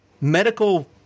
medical